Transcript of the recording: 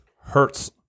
hurts